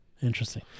Interesting